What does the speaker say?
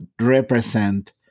represent